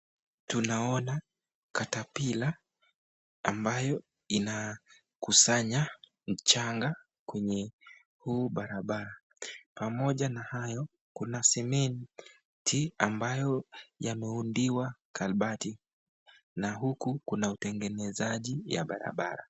Tunaona (cs)caterpilla(cs) ambayo inakusanya mchanga kwenye huu barabara. Pamoja na hayo kuna (cs)cement(cs) ambayo imeundiwa (cs)culvert(cs), na huku kuna utengenezaji wa barabara.